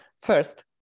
First